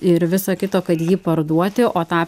ir viso kito kad jį parduoti o tą